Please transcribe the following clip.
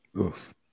Oof